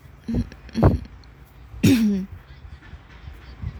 mmhmm